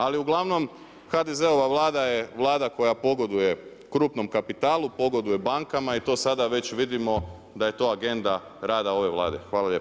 Ali uglavnom HDZ-ova Vlada je Vlada koja pogoduje krupnom kapitalu, pogoduje bankama i to sada već vidimo da je to agenda rada ove Vlade.